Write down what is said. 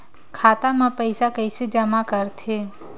खाता म पईसा कइसे जमा करथे?